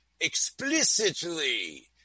explicitly